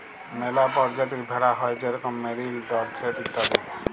ম্যালা পরজাতির ভেড়া হ্যয় যেরকম মেরিল, ডরসেট ইত্যাদি